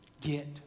get